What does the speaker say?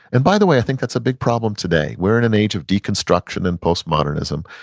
and by the way, i think that's a big problem today we're in an age of deconstruction and post-modernism.